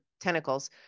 tentacles